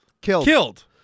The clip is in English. killed